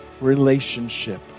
relationship